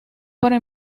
para